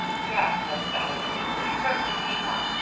yes, said bettie, we certainly need one,